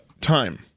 time